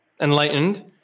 enlightened